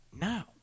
now